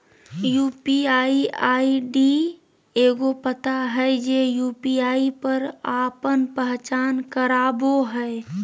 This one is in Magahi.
यू.पी.आई आई.डी एगो पता हइ जे यू.पी.आई पर आपन पहचान करावो हइ